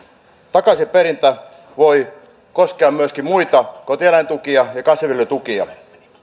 takaisinperintä voi koskea myöskin muita kotieläintukia ja kasvinviljelytukia